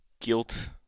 guilt